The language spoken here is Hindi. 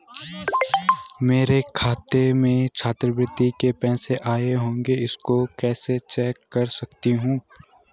मेरे खाते में छात्रवृत्ति के पैसे आए होंगे इसको मैं कैसे चेक कर सकती हूँ?